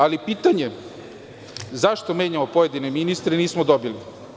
Odgovor na pitanje zašto menjamo pojedine ministre nismo dobili.